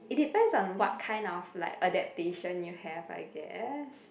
it depends on what kind of like adaptation you have I guess